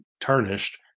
tarnished